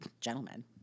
gentlemen